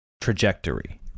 trajectory